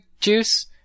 juice